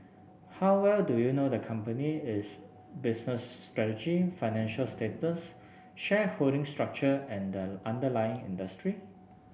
how well do you know the company its business strategy financial status shareholding structure and the underlying industry